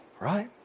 right